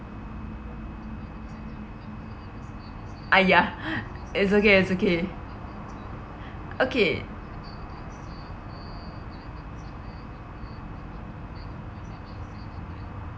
uh yeah it's okay it's okay okay